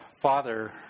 father